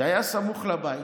שהיה סמוך לבית,